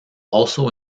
also